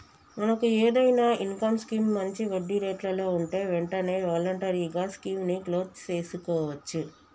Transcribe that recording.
మనకు ఏదైనా income scheme మంచి వడ్డీ రేట్లలో ఉంటే వెంటనే వాలంటరీగా స్కీమ్ ని క్లోజ్ సేసుకోవచ్చు